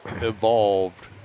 evolved –